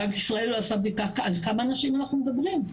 בנק ישראל לא עשה בדיקה על כמה נשים אנחנו מדברים,